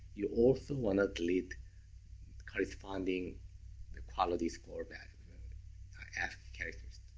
you also wanna delete corresponding the quality score back ascii characters.